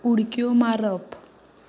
उडक्यो मारप